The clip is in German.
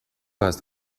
hast